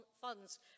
funds